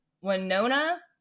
Winona